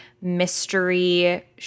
mystery